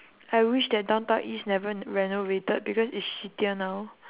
I wish that downtown east never renovated because it's shittier now